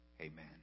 Amen